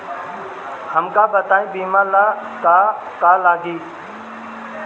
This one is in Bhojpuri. हमका बताई बीमा ला का का लागी?